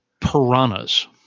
Piranhas